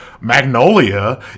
Magnolia